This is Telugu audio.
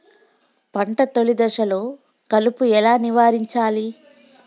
పంట తొలి దశలో కలుపు ఎలా నివారించాలి?